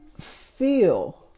feel